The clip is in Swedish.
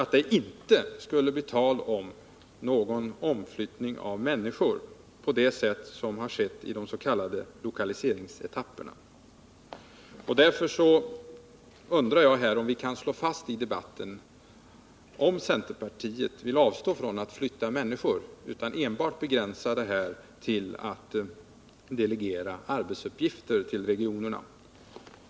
Det skulle inte bli tal om någon omförflyttning av människor på det sätt som har skett i de s.k. ”lokaliseringsetapperna”. Därför undrar jag om vi kan slå fast i debatten att centerpartiet vill avstå från att flytta människor och begränsa sig till att enbart delegera arbetsuppgifter till regionerna.